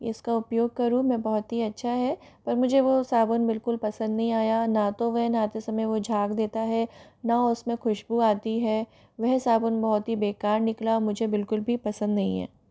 इसका उपयोग करो में बहुत ही अच्छा है पर मुझे वो साबुन बिल्कुल पसंद नहीं आया ना तो वह नहाते समय वो झाग देता है ना उस में खुशबू आती है वह साबुन बहुत ही बेकार निकला मुझे बिल्कुल भी पसंद नहीं है